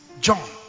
John